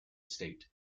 state